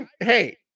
Hey